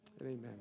amen